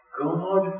God